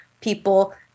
People